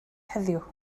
heddiw